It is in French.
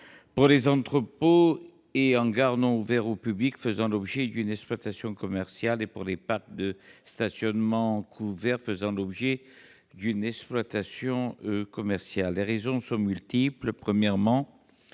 pour les entrepôts et hangars non ouverts au public faisant l'objet d'une exploitation commerciale et pour les parcs de stationnement couverts faisant aussi l'objet d'une exploitation commerciale. Les raisons sont multiples. Premièrement,